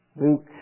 Luke